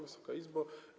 Wysoka Izbo!